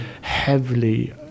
heavily